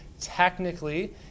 technically